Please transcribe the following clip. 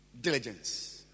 Diligence